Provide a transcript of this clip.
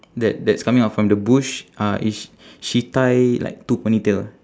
that that's coming out from the bush uh is sh~ she tie like two ponytail ah